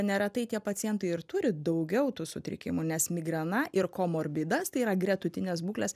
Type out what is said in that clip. neretai tie pacientai ir turi daugiau tų sutrikimų nes migrena ir komorbidas tai yra gretutinės būklės